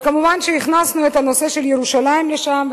וכמובן שהכנסנו את הנושא של ירושלים לשם,